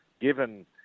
given